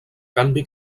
canvi